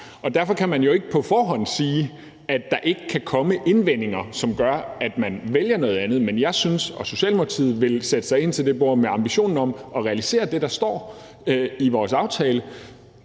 derfor kan man jo ikke på forhånd sige, at der ikke kan komme indvendinger, som gør, at man vælger noget andet. Men Socialdemokratiet vil sætte sig ind til det bord med ambitionen om at realisere det, der står i vores aftale